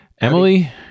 Emily